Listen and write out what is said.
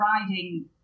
riding